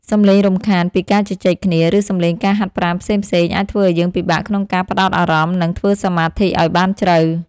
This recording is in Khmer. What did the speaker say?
សំឡេងរំខានពីការជជែកគ្នា ឬសំឡេងការហាត់ប្រាណផ្សេងៗ អាចធ្វើឱ្យយើងពិបាកក្នុងការផ្ដោតអារម្មណ៍ និងធ្វើសមាធិឱ្យបានជ្រៅ។